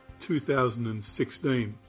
2016